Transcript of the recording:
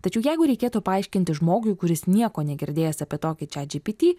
tačiau jeigu reikėtų paaiškinti žmogui kuris nieko negirdėjęs apie tokį chat gpt